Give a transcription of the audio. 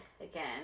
again